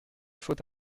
faut